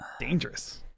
dangerous